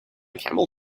camel